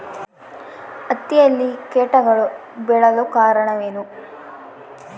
ಹತ್ತಿಯಲ್ಲಿ ಕೇಟಗಳು ಬೇಳಲು ಕಾರಣವೇನು?